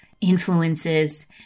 influences